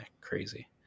Crazy